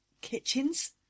Kitchens